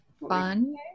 fun